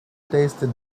tasted